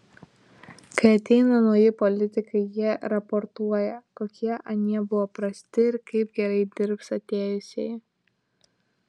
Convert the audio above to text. kai ateina nauji politikai jie raportuoja kokie anie buvo prasti ir kaip gerai dirbs atėjusieji